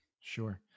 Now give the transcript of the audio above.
sure